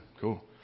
Cool